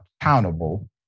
accountable